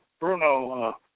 Bruno